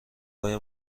های